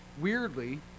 weirdly